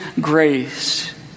grace